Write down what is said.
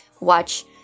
watch